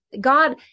God